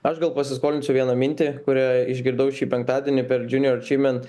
aš gal pasiskolinsiu vieną mintį kurią išgirdau šį penktadienį per junior achievement